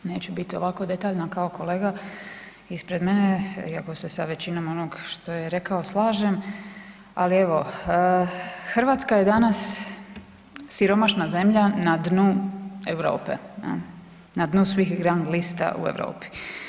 Neću biti ovako detaljna kao kolega ispred mene iako se sa većinom onog što je rekao slažem, ali evo RH je danas siromašna zemlja na dnu Europe, na dnu svih rang lista u Europi.